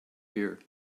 here